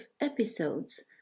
episodes